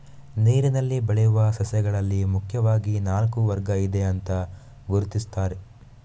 ನೀರಿನಲ್ಲಿ ಬೆಳೆಯುವ ಸಸ್ಯಗಳಲ್ಲಿ ಮುಖ್ಯವಾಗಿ ನಾಲ್ಕು ವರ್ಗ ಇದೆ ಅಂತ ಗುರುತಿಸ್ತಾರೆ